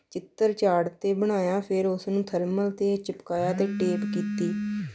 ਚਿੱਤਰ ਚਾਟ 'ਤੇ ਬਣਾਇਆ ਫਿਰ ਉਸਨੂੰ ਥਰਮਲ 'ਤੇ ਚਿਪਕਾਇਆ ਅਤੇ ਟੇਪ ਕੀਤੀ